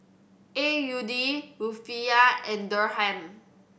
A U D Rufiyaa and Dirham